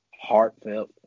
Heartfelt